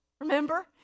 remember